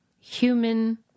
human